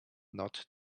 not